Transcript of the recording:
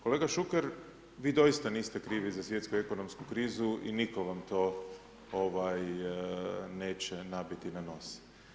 Kolega Šuker, vi doista niste krivi za svjetsku ekonomsku krizu i nitko vam to neće nabiti na nos.